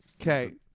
Okay